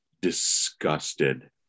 disgusted